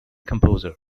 composer